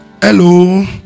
hello